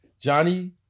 Johnny